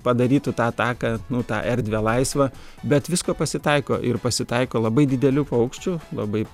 padarytų tą taką tą erdvę laisvą bet visko pasitaiko ir pasitaiko labai didelių paukščių labai